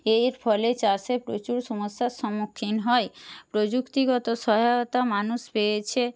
এর ফলে চাষে প্রচুর সমস্যার সম্মুখীন হয় প্রযুক্তিগত সহায়তা মানুষ পেয়েছে